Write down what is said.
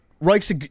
Reich's